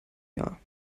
jahr